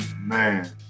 man